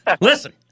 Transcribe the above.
listen